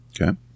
Okay